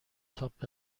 تاپ